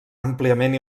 àmpliament